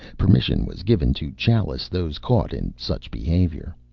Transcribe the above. permission was given to chalice those caught in such behavior.